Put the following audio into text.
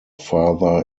father